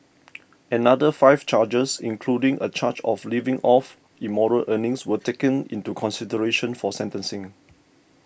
another five charges including a charge of living off immoral earnings were taken into consideration for sentencing